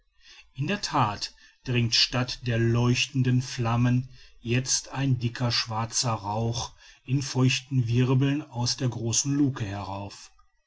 in der that dringt statt der leuchtenden flammen jetzt ein dicker schwarzer rauch in feuchten wirbeln aus der großen luke herauf